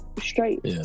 straight